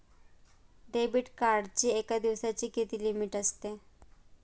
Debit कार्डची एका दिवसाची किती लिमिट असते?